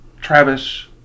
Travis